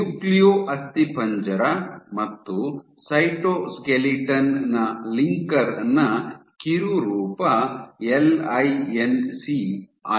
nucleo ಅಸ್ಥಿಪಂಜರ ಮತ್ತು cytoskeleton ನ ಲಿಂಕರ್ ನ ಕಿರು ರೂಪ ಎಲ್ ಐ ಏನ್ ಸಿ ಆಗಿದೆ